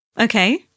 Okay